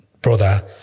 brother